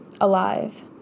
alive